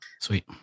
Sweet